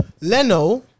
Leno